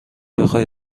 بخای